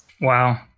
Wow